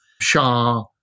Shah